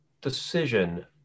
decision